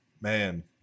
Man